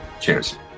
Cheers